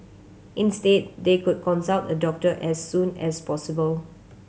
instead they could consult a doctor as soon as possible